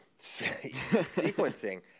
Sequencing